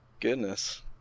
goodness